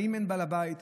האם אין בעל הבית?